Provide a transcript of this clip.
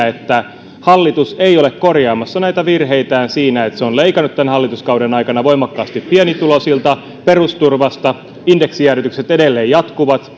että hallitus ei ole korjaamassa näitä virheitään siinä että se on leikannut tämän hallituskauden aikana voimakkaasti pienituloisilta perusturvasta indeksijäädytykset edelleen jatkuvat